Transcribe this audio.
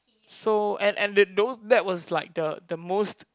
so and and the those that was like the the most